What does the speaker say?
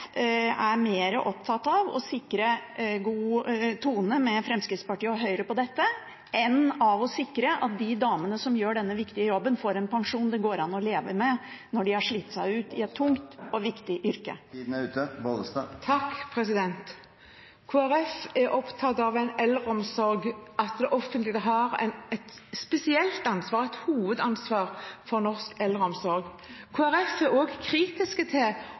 jeg skjønner at Kristelig Folkeparti er opptatt av det – der regjeringen er veldig opptatt av å privatisere og anbudsutsette. Noe av resultatet da er at de damene som jobber i omsorgen, får dårligere pensjon. Er det slik at Kristelig Folkeparti er mer opptatt av å sikre en god tone med Fremskrittspartiet og Høyre på dette området enn av å sikre at de damene som gjør denne viktige jobben, får en pensjon det går an å leve av når de har slitt seg ut i et tungt